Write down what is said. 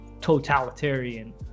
totalitarian